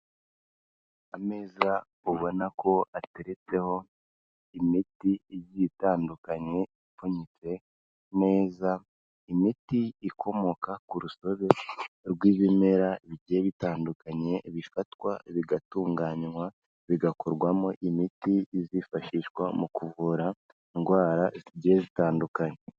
Ameza ubona ko atereretseho imiti igiye itandukanye, ipfunyitse neza, imiti ikomoka ku rusobe rw'ibimera bigiye bitandukanye, bifatwa bigatunganywa, bigakorwamo imiti izifashishwa mu kuvura indwara zigiye zitandukanye.